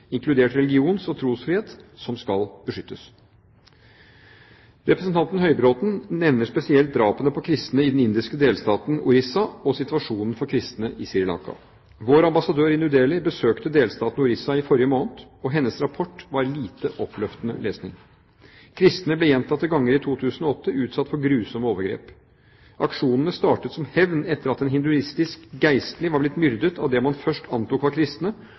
inkludert religions- og trosfrihet, som skal beskyttes. Representanten Høybråten nevner spesielt drapene på kristne i den indiske delstaten Orissa, og situasjonen for kristne i Sri Lanka. Vår ambassadør i New Dehli besøkte delstaten Orissa i forrige måned, og hennes rapport var lite oppløftende lesning. Kristne ble gjentatte ganger i 2008 utsatt for grusomme overgrep. Aksjonene startet som hevn etter at en hinduistisk geistlig var blitt myrdet av det man først antok var kristne,